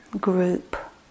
group